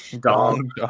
dong